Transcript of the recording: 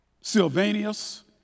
Sylvanus